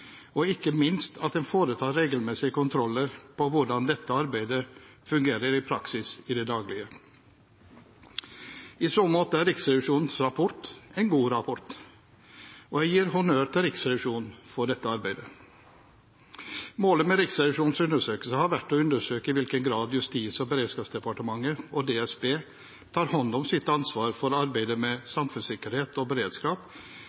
og ikke minst at en foretar regelmessige kontroller av hvordan dette arbeidet fungerer i praksis i det daglige. I så måte er Riksrevisjonens rapport en god rapport, og jeg gir honnør til Riksrevisjonen for dette arbeidet. Målet med Riksrevisjonens undersøkelse har vært å undersøke i hvilken grad Justis- og beredskapsdepartementet og DSB tar hånd om sitt ansvar for arbeidet med samfunnssikkerhet og beredskap